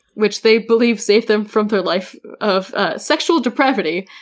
which they believe saved them from their life of ah sexual depravity,